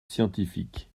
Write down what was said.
scientifiques